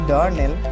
Darnell